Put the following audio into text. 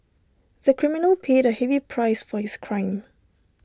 the criminal paid A heavy price for his crime